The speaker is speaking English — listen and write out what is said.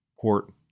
court